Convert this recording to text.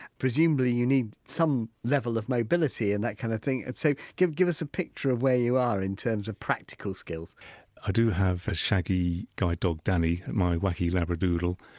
presumably you need some level of mobility and that kind of thing, and so give give us a picture of where you are in terms of practical skills i do have a shaggy guide dog danny, my wacky labradoodle.